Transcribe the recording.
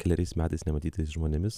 keleriais metais nematytais žmonėmis